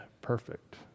perfect